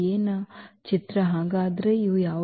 ನ ಚಿತ್ರ ಹಾಗಾದರೆ ಇವು ಯಾವುವು